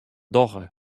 dogge